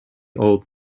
old